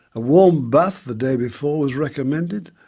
a warm bath the day before was recommended,